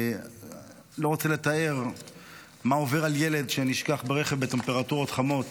אני לא רוצה לתאר מה עובר על ילד שנשכח ברכב בטמפרטורות חמות,